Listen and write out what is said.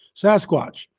sasquatch